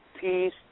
Peace